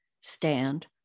stand